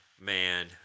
man